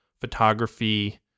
photography